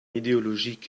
idéologique